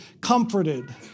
comforted